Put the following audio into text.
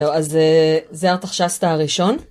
זהו, אז זה ארתחשסתא הראשון.